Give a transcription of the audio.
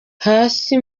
hasi